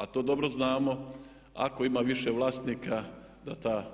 A to dobro znamo ako ima više vlasnika da